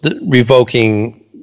revoking